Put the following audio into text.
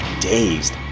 Dazed